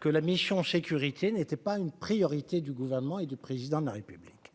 que la mission sécurité n'était pas une priorité du gouvernement et du président de la République,